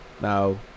now